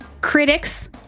Critics